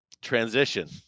Transition